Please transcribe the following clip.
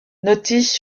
notice